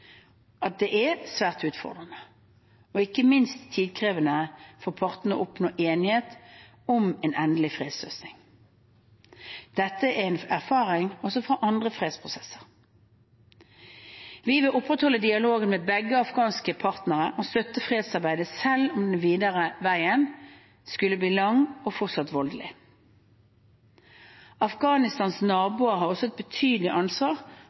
Det er svært utfordrende, og ikke minst tidkrevende, for partene å oppnå enighet om en endelig fredsløsning. Dette er en erfaring også fra andre fredsprosesser. Vi vil opprettholde dialogen med begge de afghanske partene og støtte fredsarbeidet selv om den videre veien skulle bli lang og fortsatt voldelig. Afghanistans naboer har også et betydelig ansvar